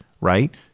right